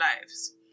lives